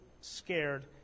scared